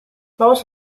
most